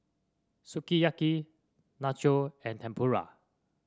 Sukiyaki Nacho and Tempura